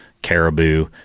Caribou